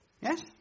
Yes